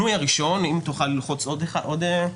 אנחנו